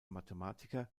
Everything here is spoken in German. mathematiker